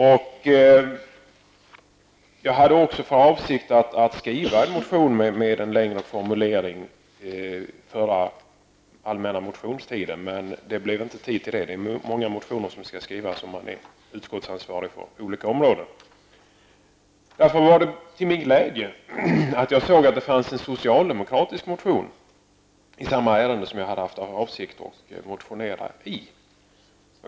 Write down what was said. Jag hade för avsikt att under allmänna motionstiden skriva en motion med en längre formulering, men det blev inte tid till det. Det är många motioner som skall skrivas om man är utskottsansvarig på olika områden. Det var därför till min glädje som jag såg att det fanns en socialdemokratisk motion i samma ämne.